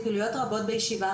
פעילויות רבות בישיבה,